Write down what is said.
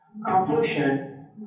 Conclusion